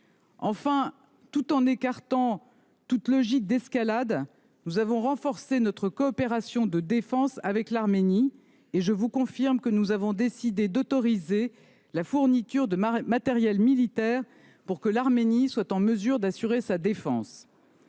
Enfin, tout en excluant la moindre logique d’escalade, nous avons renforcé notre coopération de défense avec l’Arménie. Je vous confirme que nous avons décidé d’autoriser la fourniture de matériel militaire à ce pays, pour qu’il soit en mesure d’assurer sa défense.